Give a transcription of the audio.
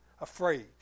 afraid